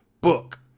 book